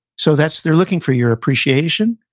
so, that's, they're looking for your appreciation,